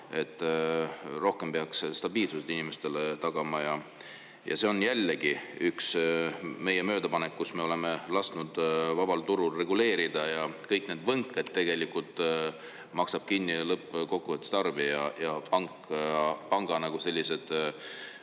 Rohkem peaks stabiilsuse inimestele tagama. See on jällegi üks meie möödapanek, kus me oleme lasknud vabal turul reguleerida ja kõik need võnked tegelikult maksab kinni lõppkokkuvõttes tarbija ja panga kaod